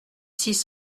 six